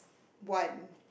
one